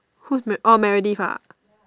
who is ma~ orh Meredith ah